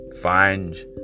Find